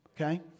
okay